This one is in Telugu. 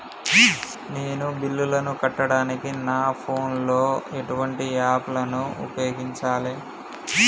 నేను బిల్లులను కట్టడానికి నా ఫోన్ లో ఎటువంటి యాప్ లను ఉపయోగించాలే?